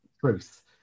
truth